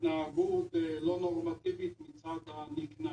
התנהגות לא נורמטיבית מצד הנקנס.